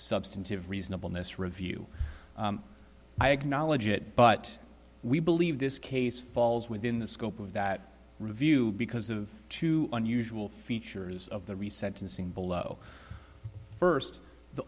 substantive reasonableness review i acknowledge it but we believe this case falls within the scope of that review because of two unusual features of the reset and sing below first the